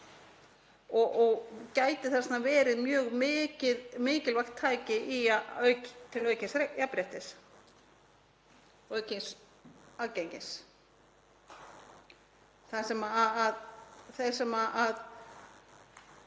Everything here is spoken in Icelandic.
og gæti þess vegna verið mjög mikilvægt tæki til aukins jafnréttis og aukins aðgengis þar sem það